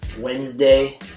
Wednesday